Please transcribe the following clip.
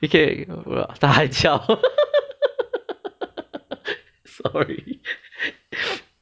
okay 他还叫